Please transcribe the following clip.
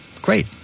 Great